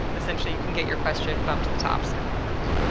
essentially, you can get your question bumped to the top. very worth it.